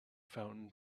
fountain